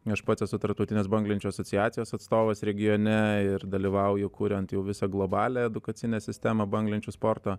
aš pats esu tarptautines banglenčių asociacijos atstovas regione ir dalyvauju kuriant jau visą globalią edukacinę sistemą banglenčių sporto